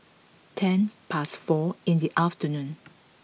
ten past four in the afternoon